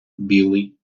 білий